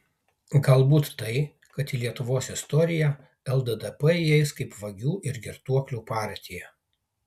galbūt tai kad į lietuvos istoriją lddp įeis kaip vagių ir girtuoklių partija